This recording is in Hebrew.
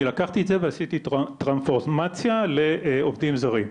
לקחתי את זה ועשיתי טרנספורמציה לעובדים זרים.